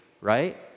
Right